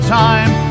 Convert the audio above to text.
time